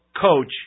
coach